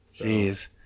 Jeez